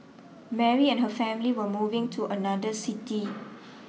Mary and her family were moving to another city